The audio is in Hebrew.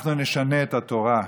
אנחנו נשנה את התורה,